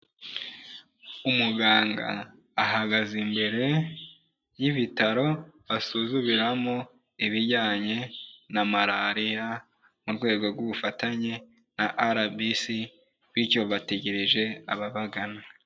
Umuganga ahagaze imbere y'ibitaro asuzumiramo ibijyanye na Malariya mu rwego rw'ubufatanye na RBC, bityo bategereje ababagana.